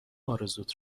آرزوت